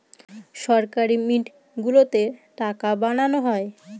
সরকারি মিন্ট গুলোতে টাকা বানানো হয়